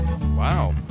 Wow